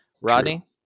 Rodney